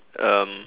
um